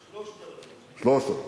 3,000. 3,000,